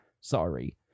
Sorry